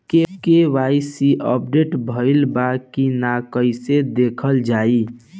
KYC update भइल बा कि ना कइसे देखल जाइ?